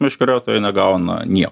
meškeriotojai negauna nieko